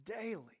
Daily